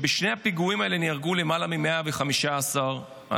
בשני הפיגועים האלה נהרגו למעלה מ-115 אנשים.